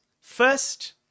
first